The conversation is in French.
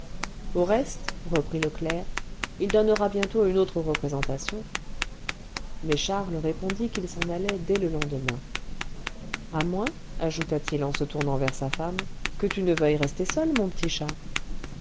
au reste reprit le clerc il donnera bientôt une autre représentation mais charles répondit qu'ils s'en allaient dès le lendemain à moins ajouta-t-il en se tournant vers sa femme que tu ne veuilles rester seule mon petit chat